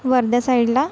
वर्धा साईडला